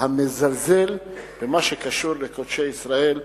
המזלזל במה שקשור לקודשי ישראל.